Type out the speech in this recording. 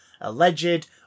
alleged